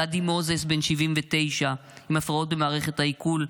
גדי מוזס, בן 79, עם הפרעות במערכת העיכול,